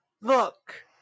Look